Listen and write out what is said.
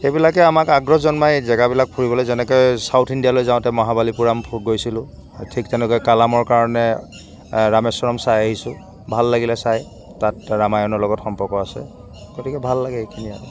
সেইবিলাকে আমাক আগ্ৰহ জন্মায় জেগাবিলাক ফুৰিবলে যেনেকৈ চাউথ ইণ্ডিয়ালৈ যাওঁতে মহাবালিপুৰাম ফু গৈছিলোঁ ঠিক তেনেকৈ কালামৰ কাৰণে ৰামেশ্বৰম চাই আহিছোঁ ভাল লাগিলে চাই তাত ৰামায়ণৰ লগত সম্পৰ্ক আছে গতিকে ভাল লাগে এইখিনিয়ে আৰু